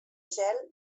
gel